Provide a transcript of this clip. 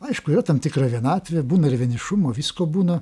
aišku yra tam tikra vienatvė būna ir vienišumo visko būna